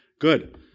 Good